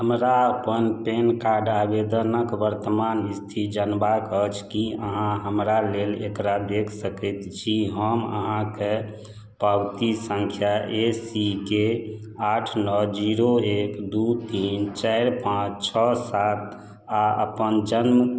हमरा अपन PAN card आवेदनक वर्तमान स्थिति जानबाक अछि की अहांँ हमरा लेल एकरा देखि सकैत छी हम अहाँके पावती सङ्ख्या ए सी के आठ नओ जीरो एक दू तीन चारि पाँच छओ सात आ अपन जन्म